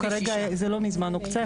זה לא מזמן הוקצה,